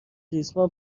ریسمان